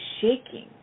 shaking